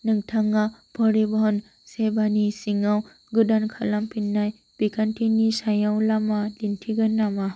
नोंथाङा परिबहन सेभानि सिङाव गोदान खालामफिननाय बिखान्थिनि सायाव लामा दिन्थिगोन नामा